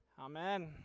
amen